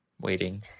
waiting